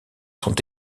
sont